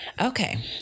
okay